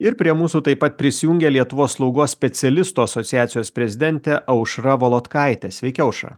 ir prie mūsų taip pat prisijungė lietuvos slaugos specialistų asociacijos prezidentė aušra volodkaitė sveiki aušra